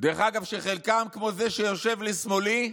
דרך אגב, וחלקם, כמו זה שיושב לשמאלי,